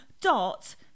dot